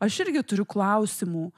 aš irgi turiu klausimų